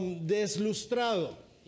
deslustrado